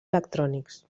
electrònics